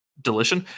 delicious